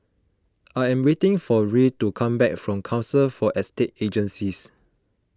I am waiting for Ruie to come back from Council for Estate Agencies